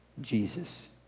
Jesus